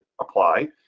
apply